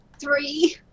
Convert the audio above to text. three